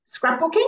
scrapbooking